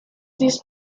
this